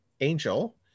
Angel